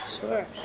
Sure